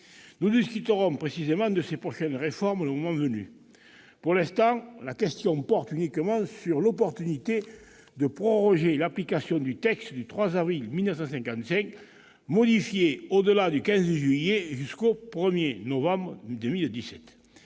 Nous discuterons précisément de ces prochaines réformes le moment venu. Pour l'heure, la question porte uniquement sur l'opportunité de proroger l'application du texte du 3 avril 1955, du 15 juillet 2017 au 1 novembre 2017.